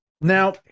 Now